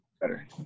better